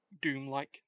Doom-like